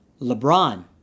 LeBron